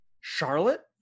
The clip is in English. Charlotte